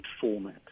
format